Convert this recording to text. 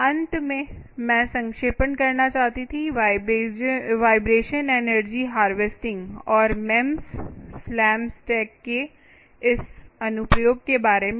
अंत में मैं संक्षेपण करना चाहती थी वाइब्रेशन एनर्जी हार्वेस्टिंग और मेमस स्लैमस्टेक के इस अनुप्रयोग के बारे में